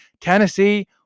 tennessee